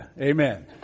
Amen